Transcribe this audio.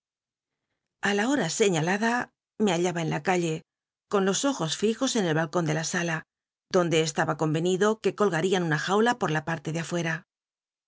a la hora señalada estaba donde sala la de balcon el los ojos fijos en comenid o que colgarinn una jaula por la parte de afuera